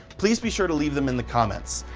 please be sure to leave them in the comments.